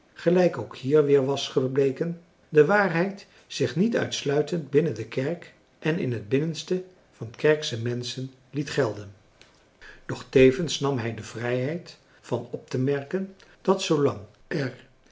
gelijk ook hier weer was gebleken de waarheid zich niet uitsluitend binnen de kerk en in het binnenste van kerksche menschen liet gelden doch tevens nam hij de vrijheid van op te merken dat zoolang